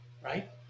Right